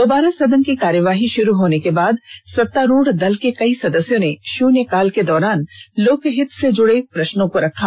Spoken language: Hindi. दोबारा सदन की कार्रवाई षुरू होने के बाद सतारूढ़ दल के कई सदस्यों ने षून्य काल के दौरान लोक हित से जुड़े प्रष्नों को रखा